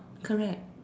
correct